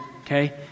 okay